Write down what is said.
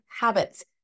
habits